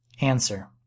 Answer